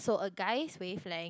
so a guys wavelength